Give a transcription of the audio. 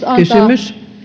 antaa